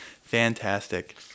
Fantastic